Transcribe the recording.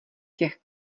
těch